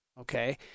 Okay